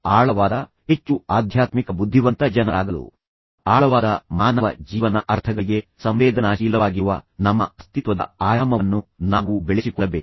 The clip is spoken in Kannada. ಉತ್ತಮ ಆಳವಾದ ಹೆಚ್ಚು ಆಧ್ಯಾತ್ಮಿಕ ಬುದ್ಧಿವಂತ ಜನರಾಗಲು ಆಳವಾದ ಮಾನವ ಜೀವನ ಅರ್ಥಗಳಿಗೆ ಸಂವೇದನಾಶೀಲವಾಗಿರುವ ನಮ್ಮ ಅಸ್ತಿತ್ವದ ಆಯಾಮವನ್ನು ನಾವು ಬೆಳೆಸಿಕೊಳ್ಳಬೇಕು